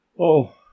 Oh